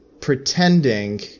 pretending